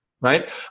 right